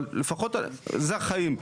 אבל לפחות זה החיים.